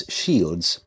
shields